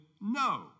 no